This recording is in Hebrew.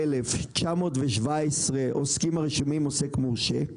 657,917 עוסקים רשומים כעוסק מורשה;